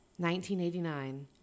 1989